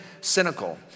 cynical